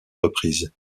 reprises